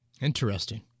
Interesting